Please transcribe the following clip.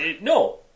No